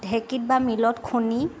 ঢেকীত বা মিলত খুন্দি